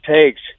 takes